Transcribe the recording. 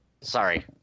Sorry